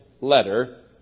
letter